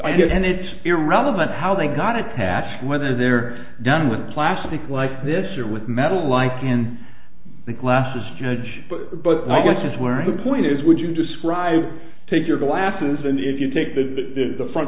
idea and it's irrelevant how they got attached whether they're done with plastic like this or with metal like in the glasses judge but my guess is where the point is would you describe take your glasses and if you take the the front